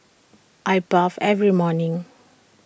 I bathe every morning